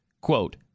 Quote